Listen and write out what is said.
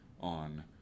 on